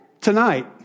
tonight